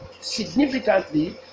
significantly